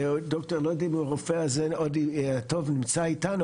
אז אין צורך בעצם לעשות מוקד מיוחד,